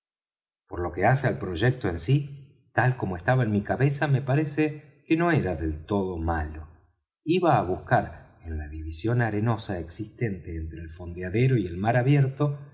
por lo que hace al proyecto en sí tal como estaba en mi cabeza me parece que no era del todo malo iba á buscar en la división arenosa existente entre el fondeadero y el mar abierto